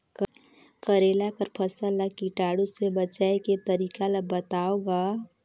करेला कर फसल ल कीटाणु से बचाय के तरीका ला बताव ग?